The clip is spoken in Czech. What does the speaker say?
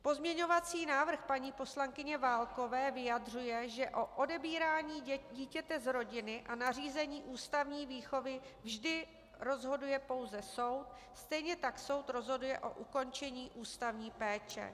Pozměňovací návrh paní poslankyně Válkové vyjadřuje, že o odebírání dítěte z rodiny a nařízení ústavní výchovy vždy rozhoduje pouze soud, stejně tak soud rozhoduje o ukončení ústavní péče.